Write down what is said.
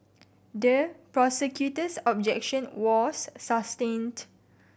the prosecutor's objection was sustained